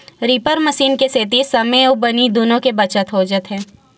reaper machine के सेती समे अउ बनी दुनो के बचत हो जाथे